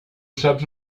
saps